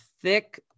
thick